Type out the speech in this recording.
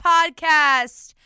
Podcast